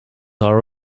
are